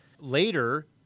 later